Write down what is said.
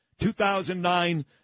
2009